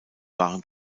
waren